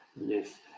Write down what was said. Yes